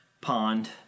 pond